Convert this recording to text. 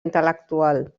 intel·lectual